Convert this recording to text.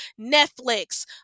Netflix